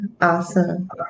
awesome